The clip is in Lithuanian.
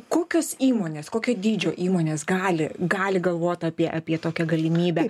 kokios įmonės kokio dydžio įmonės gali gali galvot apie apie tokią galimybę